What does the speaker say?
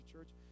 Church